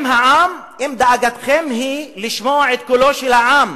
אם דאגתכם היא לשמוע את קולו של העם,